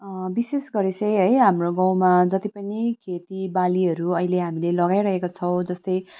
विशेष गरी चाहिँ है हाम्रो गाउँमा जति पनि खेतीबालीहरू अहिले हामीले लगाइरहेको छौँ जस्तै